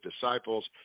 disciples